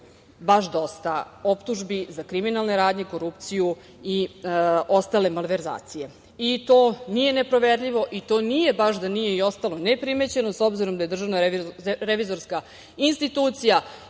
baš dosta optužbi za kriminalne radnje, korupciju i ostale malverzacije. To nije neproverljivo i to nije baš da nije ostalo neprimećeno, s obzirom da je DRI i pokrenula